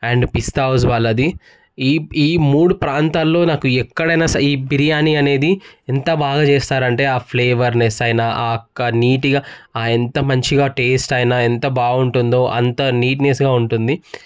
and Pista House వాళ్ళది ఈ ఈ మూడు ప్రాంతాల్లో నాకు ఎక్కడైనా సరే ఈ బిర్యానీ అనేది ఎంత బాగా చేస్తారు అంటే ఆ ఫ్లేవర్నెస్ అయిన ఆ నీట్గా ఎంత మంచిగా టేస్ట్ అయినా ఎంత బాగుంటుందో అంతా నీట్నెస్గా ఉంటుంది